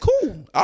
cool